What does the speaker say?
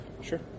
Sure